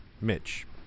Mitch